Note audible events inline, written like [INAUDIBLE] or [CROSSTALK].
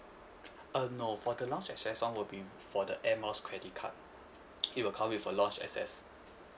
uh no for the lounge access [one] will be for the air miles credit card [NOISE] it will come with a lounge access